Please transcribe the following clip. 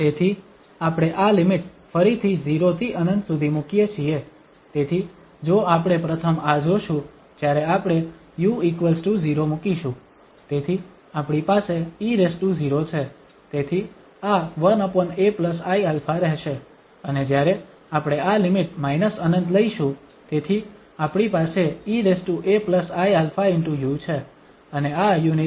તેથી આપણે આ લિમિટ ફરીથી 0 થી ∞ સુધી મૂકીએ છીએ તેથી જો આપણે પ્રથમ આ જોશું જ્યારે આપણે u0 મૂકીશું તેથી આપણી પાસે e0 છે તેથી આ 1aiα રહેશે અને જ્યારે આપણે આ લિમિટ −∞ લઈશું તેથી આપણી પાસે eaiαu છે અને આ u ની લિમિટ −∞ તરફ જઈ રહી છે